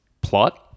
plot